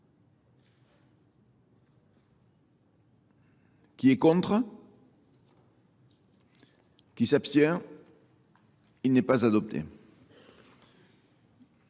qui est contre, qui s'abstient, il n'est pas adopté.